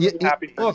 happy